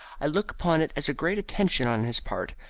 i look upon it as a great attention on his part.